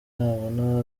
nabona